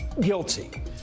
Guilty